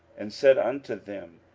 and said unto them,